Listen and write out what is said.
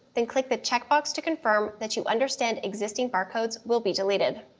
then click the checkbox to confirm that you understand existing barcodes will be deleted.